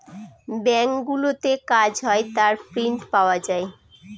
ব্যাঙ্কগুলোতে কাজ হয় তার প্রিন্ট পাওয়া যায়